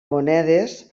monedes